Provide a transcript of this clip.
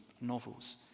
novels